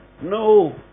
No